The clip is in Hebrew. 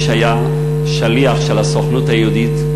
שהייתי שליח הסוכנות היהודית,